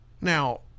Now